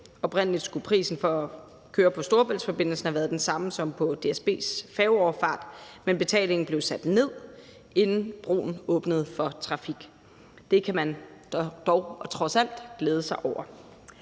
Oprindelig skulle prisen for at køre på Storebæltsforbindelsen have været den samme som på DSB's færgeoverfart, men betalingen blev sat ned, inden broen åbnede for trafik. Det kan man trods alt glæde sig over.